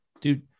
dude